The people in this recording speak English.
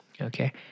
okay